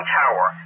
tower